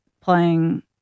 playing